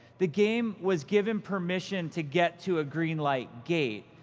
the game was given permission to get to a green-light gate.